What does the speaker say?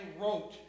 wrote